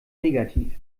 negativ